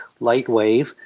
LightWave